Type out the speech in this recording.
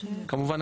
כמובן,